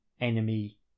enemy